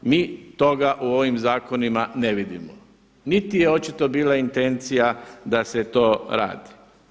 Mi toga u ovim zakonima ne vidimo, niti je očito bila intencija da se to radi.